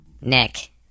Nick